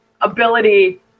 ability